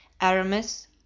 Aramis